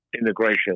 integration